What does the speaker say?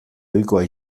ohikoa